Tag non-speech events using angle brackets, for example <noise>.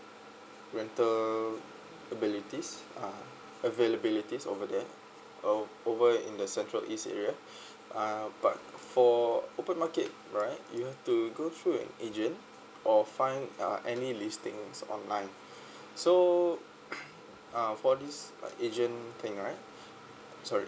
rental availabilities uh availabilities over there uh over in the central east area uh but for open market right you have to go through an agent or find uh any listings online so <coughs> uh for this agent thing right sorry